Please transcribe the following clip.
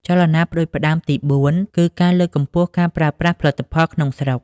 ចលនាផ្តួចផ្តើមទីបួនគឺការលើកកម្ពស់ការប្រើប្រាស់ផលិតផលក្នុងស្រុក។